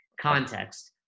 context